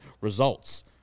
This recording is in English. results